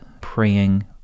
Praying